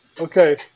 Okay